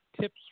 tips